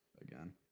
again